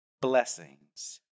blessings